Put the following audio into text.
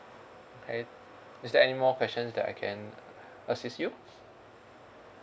K is there any more questions that I can assist you